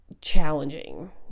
challenging